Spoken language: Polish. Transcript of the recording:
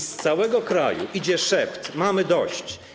I z całego kraju idzie szept: mamy dość.